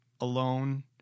Alone